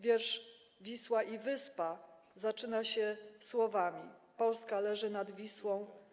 Wiersz „Wisła i wyspa” zaczyna się słowami: „Polska leży nad Wisłą.